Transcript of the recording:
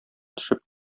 төшеп